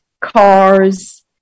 cars